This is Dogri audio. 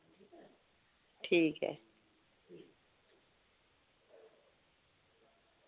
ठीक ऐ